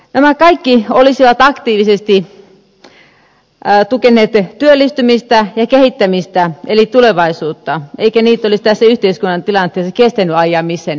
nämä kaikki olisivat aktiivisesti tukeneet työllistymistä ja kehittämistä eli tulevaisuutta eikä niitä olisi tässä yhteiskunnan tilanteessa kestänyt ajaa missään nimessä alas